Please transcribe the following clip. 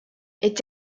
est